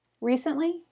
Recently